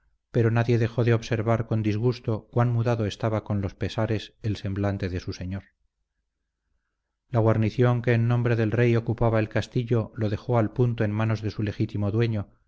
pero nadie dejó de observar con disgusto cuán mudado estaba con los pesares el semblante de su señor la guarnición que en nombre del rey ocupaba el castillo lo dejó al punto en manos de su legítimo dueño